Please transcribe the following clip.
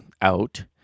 out